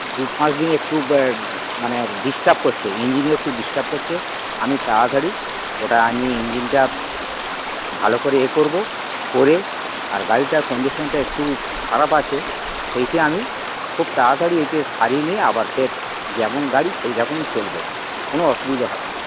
দু পাঁচ দিন একটু মানে ডিস্টার্ব করছে ইঞ্জিনে একটু ডিস্টার্ব করছে আমি তাড়াতাড়ি ওটা আমি ইঞ্জিনটা ভালো করে এ করবো করে আর গাড়িটার কন্ডিশানটা একটু খারাপ আছে সেইটি আমি খুব তাড়াতাড়ি এইটা সারিয়ে নি আবার ফের যেমন গাড়ি সেই রকমই চলবে কোনো অসুবিধা হবে না